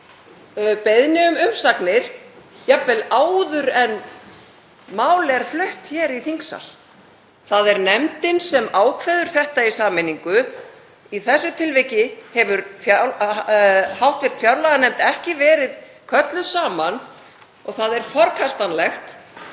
beiðni um umsagnir jafnvel áður en mál er flutt í þingsal. Það er nefndin sem ákveður það í sameiningu. Í þessu tilviki hefur hv. fjárlaganefnd ekki verið kölluð saman og það er forkastanlegt